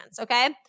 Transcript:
okay